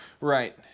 Right